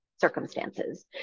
circumstances